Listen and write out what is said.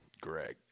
Greg